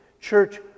church